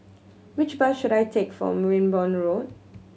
which bus should I take for Wimborne Road